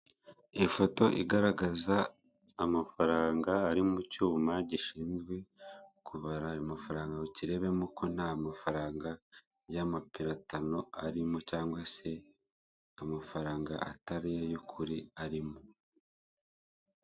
Ifoto igaragaza amafaranga ari mu cyuma gishinzwe kubara ayo mafaranga ngo kirebemo ko nta mafaranga y'amapiratano arimo cyangwa se amafaranga atari ay'ukuri arimo.